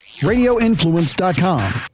RadioInfluence.com